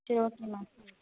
சரி okay ma'am